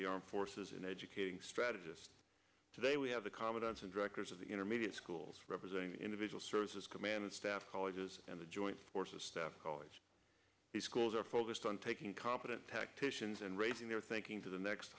the armed forces and educating strategists today we have the confidence and directors of the intermediate schools representing the individual services command staff colleges and the joint forces staff college the schools are focused on taking competent tacticians and raising their thinking to the next